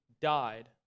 died